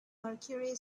mercury